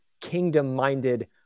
kingdom-minded